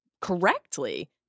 correctly